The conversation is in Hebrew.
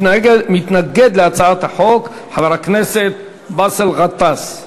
מתנגד להצעת החוק חבר הכנסת באסל גטאס.